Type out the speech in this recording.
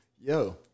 yo